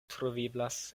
troveblas